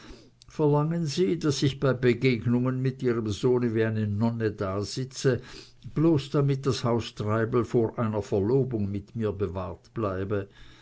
verlangen sie daß ich bei begegnungen mit ihrem sohne wie eine nonne dasitze bloß damit das haus treibel vor einer verlobung mit mir bewahrt bleibe